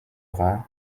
rang